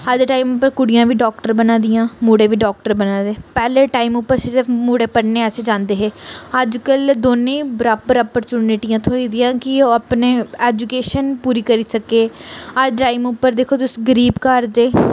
अज्ज दे टाइम उप्पर कुड़ियां बी डाक्टर बना दियां मुड़े बी डाक्टर बनै दे पैह्लें टाइम उप्पर सिर्फ मुड़े पढ़ने आसै जांदे हे अज्जकल दोनें गी बराबर ऑप्रचुंटियां थ्होई दियां कि ओह् अपने ऐजुकेशन पूरी करी सकै अज्ज दे टाइम उप्पर दिक्खो तुस गरीब घर दे